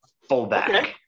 Fullback